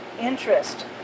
interest